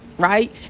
right